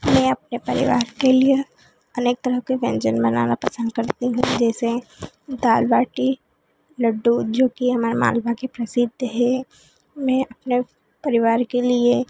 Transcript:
मैं अपने परिवार के लिए अनेक तरह के व्यंजन बनाना पसंद करती हूँ जैसे दाल बाटी लड्डू जो कि हमारे मालवा के प्रसिद्ध है मैं अपने परिवार के लिए